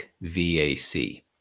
V-A-C